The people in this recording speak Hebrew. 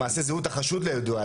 למעשה זהות החשוד לא ידועה,